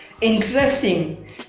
interesting